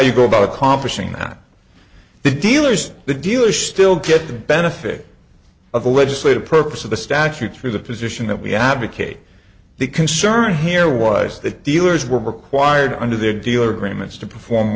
you go about accomplishing that the dealers the dealer still get the benefit of the legislative purpose of the statutes for the position that we advocate the concern here was that dealers were required under their dealer gramma's to perform